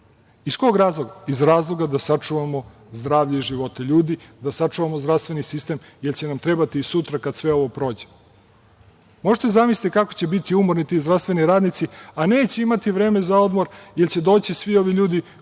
Iz kog razloga? Iz razloga da sačuvamo zdravlje i živote ljudi, da sačuvamo zdravstveni sistem jer će nam trebati sutra kada sve ovo prođe. Možete li da zamislite kako će biti umorni ti zdravstveni radnici, a neće imati vremena za odmor, jer će doći svi ovi ljudi